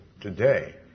Today